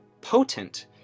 potent